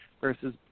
versus